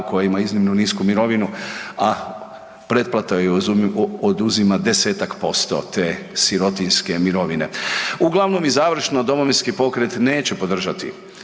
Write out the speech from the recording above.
koja ima iznimno nisku mirovinu, a pretplata joj oduzima 10-tak% te sirotinjske mirovine. Uglavnom i završno, Domovinski pokret neće podržati